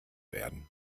werden